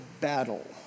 battle